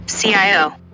CIO